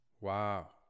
Wow